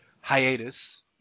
hiatus